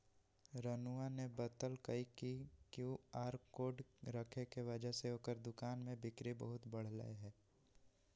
रानूआ ने बतल कई कि क्यू आर कोड रखे के वजह से ओकरा दुकान में बिक्री बहुत बढ़ लय है